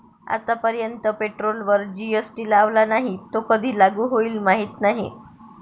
आतापर्यंत पेट्रोलवर जी.एस.टी लावला नाही, तो कधी लागू होईल माहीत नाही